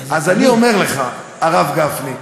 אז אני אומר לך, הרב גפני,